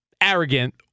arrogant